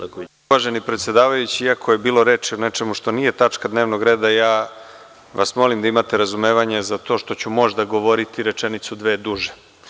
Uvaženi predsedavajući, iako je bilo reči o nečemu što nije tačka dnevnog reda, ja vas molim da imate razumevanje za to što ću možda govoriti rečenicu-dve duže.